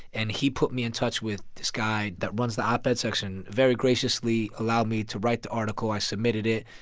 and he put me in touch with this guy that runs the op-ed section, very graciously allowed me to write the article. i submitted it.